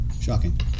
Shocking